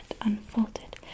unfolded